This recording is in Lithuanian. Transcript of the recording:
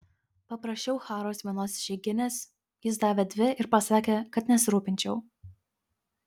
paprašiau haros vienos išeiginės jis davė dvi ir pasakė kad nesirūpinčiau